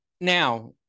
now